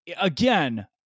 again